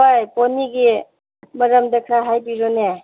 ꯍꯣꯏ ꯄꯣꯅꯤꯒꯤ ꯃꯔꯝꯗ ꯈꯔ ꯍꯥꯏꯕꯤꯔꯣꯅꯦ